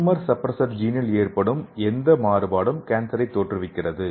tumour சப்ரசர்ஜீனில் ஏற்படும் எந்த மாறுபாடும் கேன்சரை தோற்றுவிக்கிறது